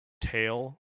tail